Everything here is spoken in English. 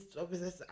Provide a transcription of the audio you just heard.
officers